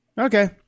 okay